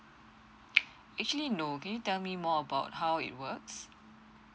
actually no can you tell me more about how it works